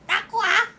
TAQWA